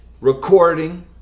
recording